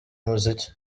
umuziki